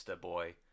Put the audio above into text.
boy